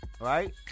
Right